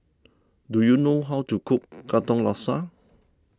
do you know how to cook Katong Laksa